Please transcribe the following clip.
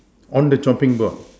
all the chopping board